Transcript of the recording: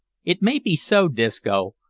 it may be so, disco,